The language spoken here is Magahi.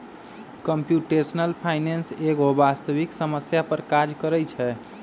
कंप्यूटेशनल फाइनेंस एगो वास्तविक समस्या पर काज करइ छै